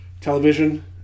television